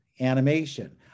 animation